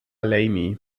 lamy